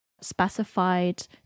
specified